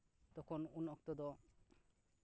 ᱛᱚᱠᱷᱚᱱ ᱩᱱ ᱚᱠᱛᱚ ᱫᱚ